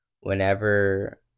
whenever